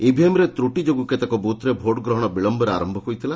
ଇଭିଏମରେ ତ୍ତୁଟି ଯୋଗୁଁ କେତେକ ବୁଥରେ ଭୋଟଗ୍ରହଣ ବିଳମ୍ୟରେ ଆରମ୍ୟ ହୋଇଥିଲା